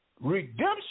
Redemption